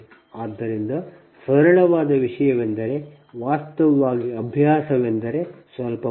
ಆದ್ದರಿಂದ ಇವು ಸರಳವಾದ ವಿಷಯವೆಂದರೆ ವಾಸ್ತವವಾಗಿ ಅಭ್ಯಾಸವೆಂದರೆ ಸ್ವಲ್ಪ ಮಾತ್ರ